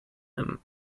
him